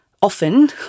often